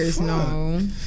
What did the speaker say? no